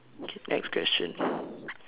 K next question